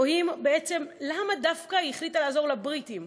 תוהים למה היא החליטה לעזור דווקא לבריטים.